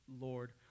Lord